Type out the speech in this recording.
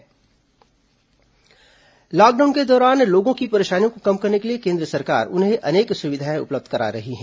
केन्द्र उज्जवला योजना लॉकडाउन के दौरान लोगों की परेशानियों को कम करने के लिए केन्द्र सरकार उन्हें अनेक सुविधाएं उपलब्ध करा रही हैं